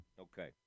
okay